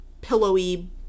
pillowy